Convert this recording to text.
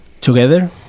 Together